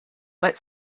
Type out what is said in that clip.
but